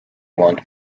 want